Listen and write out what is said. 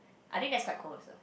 I think that's quite cause